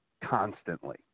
constantly